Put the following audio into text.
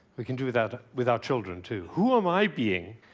we can do that with our children, too. who am i being,